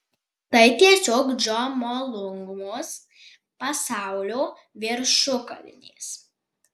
tai tiesiog džomolungmos pasaulio viršukalnės